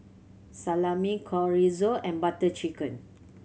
Salami Chorizo and Butter Chicken